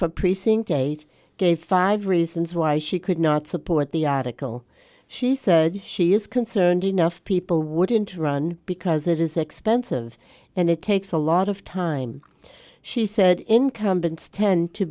for precinct eight gave five reasons why she could not support the article she said she is concerned enough people would interrupt because it is expensive and it takes a lot of time she said incumbents tend to